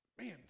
man